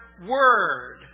word